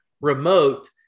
remote